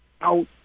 out